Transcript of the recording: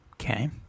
Okay